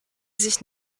sich